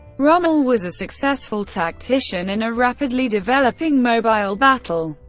rommel was a successful tactician in a rapidly developing, mobile battle.